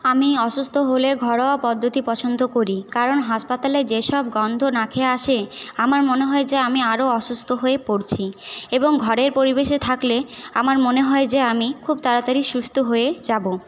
আমি অসুস্থ হলে ঘরোয়া পদ্ধতি পছন্দ করি কারণ হাসপাতালে যে সব গন্ধ নাকে আসে আমার মনে হয় যে আমি আরও অসুস্থ হয়ে পড়ছি এবং ঘরের পরিবেশে থাকলে আমার মনে হয় যে আমি খুব তাড়াতাড়ি সুস্থ হয়ে যাব